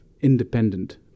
independent